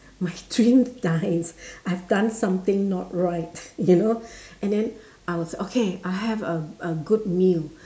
my dream dies I've done something not right you know and then I was okay I have a a good meal